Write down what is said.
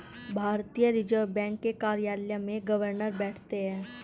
भारतीय reserve bank के कार्यालय में गवर्नर बैठते हैं